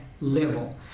level